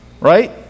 right